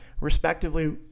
respectively